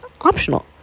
optional